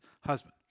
husband